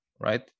right